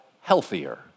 healthier